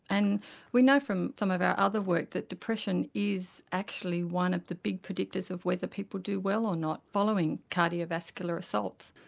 and we know from some of our other work that depression is actually one of the big predictors of whether people do well or not following cardiovascular assaults.